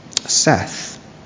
Seth